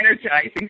energizing